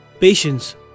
Patience